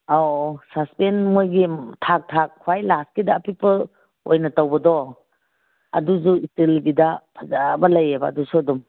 ꯑꯧ ꯁꯁꯄꯦꯟ ꯃꯣꯏꯒꯤ ꯊꯥꯛ ꯊꯥꯛ ꯈ꯭ꯋꯥꯏ ꯂꯥꯁꯀꯤꯗ ꯑꯄꯤꯛꯄ ꯑꯣꯏꯅ ꯇꯧꯕꯗꯣ ꯑꯗꯨꯁꯨ ꯏꯁꯇꯤꯜꯒꯤꯗ ꯐꯖꯕ ꯂꯩꯌꯦꯕ ꯑꯗꯨꯁꯨ ꯑꯗꯨꯝ